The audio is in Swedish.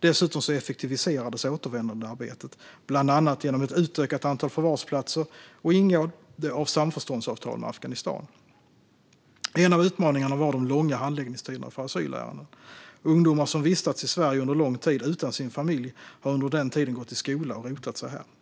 Dessutom effektiviserades återvändandearbetet, bland annat genom ett utökat antal förvarsplatser och ingående av samförståndsavtal med Afghanistan. En av utmaningarna var de långa handläggningstiderna för asylärenden. Ungdomar som vistats i Sverige under lång tid utan sin familj har under den tiden gått i skola och rotat sig här.